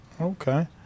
Okay